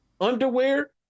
Underwear